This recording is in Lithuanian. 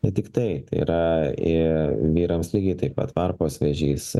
ne tiktai tai yra ir vyrams lygiai taip pat varpos vėžys